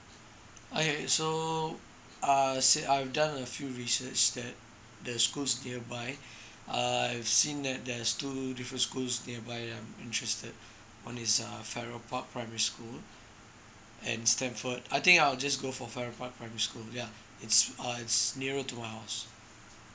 okay so err since I've done a few research that the schools nearby err I've seen that there's two different schools nearby I'm interested one is uh farrer park primary school and stamford I think I'll just go for farrer park primary school yeah it's uh it's nearer to my house